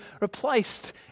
replaced